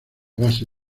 base